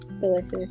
Delicious